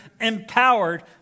empowered